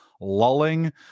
lulling